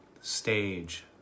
stage